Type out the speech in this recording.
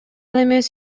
эмес